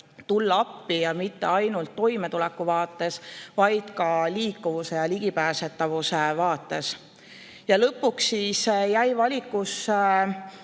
tulla, ja mitte ainult toimetuleku vaates, vaid ka liikuvuse ja ligipääsetavuse vaates. Ja lõpuks jäi valikusse